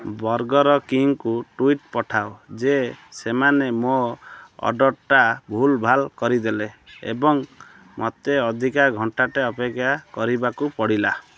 burger କିଙ୍ଗ୍କୁ tweet ପଠାଅ ଯେ ସେମାନେ ମୋ ଅର୍ଡ଼ର୍ଟା ଭୁଲ୍ଭାଲ୍ କରିଦେଲେ ଏବଂ ମୋତେ ଅଧିକା ଘଣ୍ଟାଟେ ଅପେକ୍ଷା କରିବାକୁ ପଡ଼ିଲା